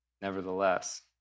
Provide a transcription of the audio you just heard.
Nevertheless